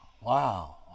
Wow